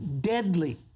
deadly